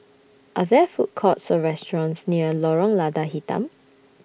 Are There Food Courts Or restaurants near Lorong Lada Hitam